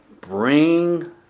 bring